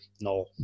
no